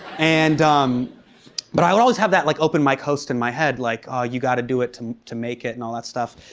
and um but i would always have that like open mic host in my head, like, oh, you gotta do it to make it, and all that stuff.